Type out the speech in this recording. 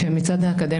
כן, מצד האקדמיה.